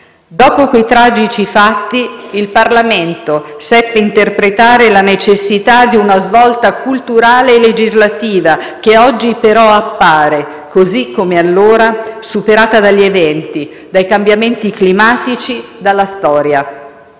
Dopo quei tragici fatti il Parlamento seppe interpretare la necessità di una svolta culturale e legislativa, che oggi però appare, così come allora, superata dagli eventi, dai cambiamenti climatici, dalla storia.